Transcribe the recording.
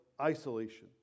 isolation